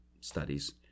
studies